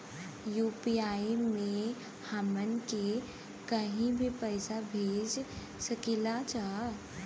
UPI से हमहन के कहीं भी पैसा भेज सकीला जा?